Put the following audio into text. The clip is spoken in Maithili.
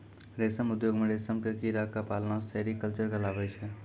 रेशम उद्योग मॅ रेशम के कीड़ा क पालना सेरीकल्चर कहलाबै छै